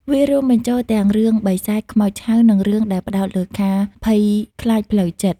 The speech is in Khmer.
វារួមបញ្ចូលទាំងរឿងបិសាច ខ្មោចឆៅ និងរឿងដែលផ្ដោតលើការភ័យខ្លាចផ្លូវចិត្ត។